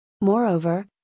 Moreover